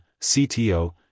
CTO